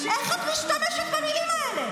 איך את משתמשת במילים האלה?